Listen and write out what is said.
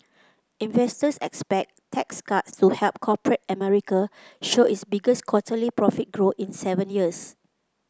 investors expect tax cuts to help corporate America show its biggest quarterly profit growth in seven years